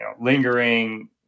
lingering